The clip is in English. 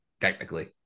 technically